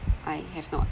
I have not